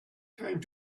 came